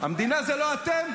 המדינה זה לא אתם.